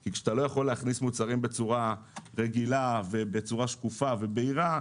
כי כשאתה לא יכול להכניס מוצרים בצורה רגילה ובצורה שקופה ובהירה,